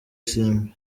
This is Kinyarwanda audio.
isimbi